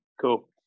cool